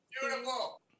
Beautiful